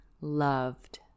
loved